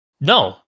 No